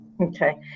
Okay